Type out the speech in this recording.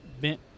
bent